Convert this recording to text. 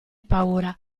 paura